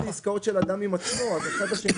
אם זה עסקאות של אדם עם עצמו אז הצד שני,